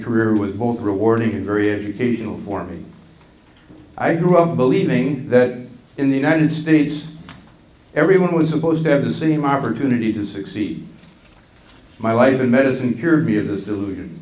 career with both rewarding and very educational for me i grew up believing that in the united states everyone was supposed to have the same opportunity to succeed my life in medicine cured me of this delusion